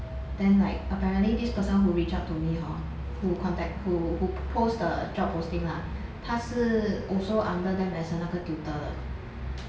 then like apparently this person who reach out to me hor who contact who who post the job posting lah 他是 also under them as a 那个 tutor 的